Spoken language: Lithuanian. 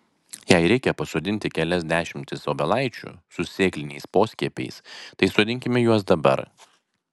jei reikia pasodinti kelias dešimtis obelaičių su sėkliniais poskiepiais tai sodinkime juos dabar